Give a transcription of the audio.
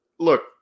Look